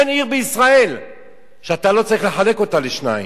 אין עיר בישראל שאתה לא צריך לחלק אותה לשניים.